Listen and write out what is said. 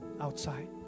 outside